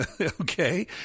Okay